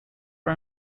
are